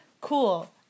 cool